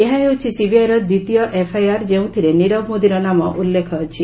ଏହା ହେଉଛି ସିବିଆଇର ଦ୍ୱିତୀୟ ଏଫ୍ଆଇଆର୍ ଯେଉଁଥରେ ନିରବ ମୋଦିର ନାମ ଉଲ୍ଲେଖ ଅଛି